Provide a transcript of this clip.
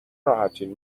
راحتین